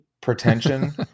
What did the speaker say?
pretension